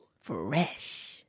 Fresh